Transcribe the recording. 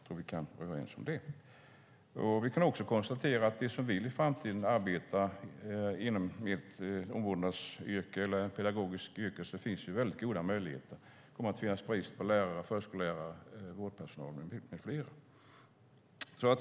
Det tror jag att vi kan vara överens om. Vi kan också konstatera att för dem som i framtiden vill arbeta inom ett omvårdnadsyrke eller ett pedagogiskt yrke finns det väldigt goda möjligheter. Det kommer att finnas brist på lärare, förskollärare, vårdpersonal med flera.